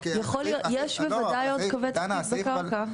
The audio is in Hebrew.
יכול להיות, יש בוודאי עוד קווי תשתית בקרקע.